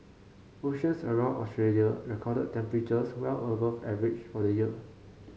oceans around Australia recorded temperatures well above average for the year